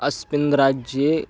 अस्मिन् राज्ये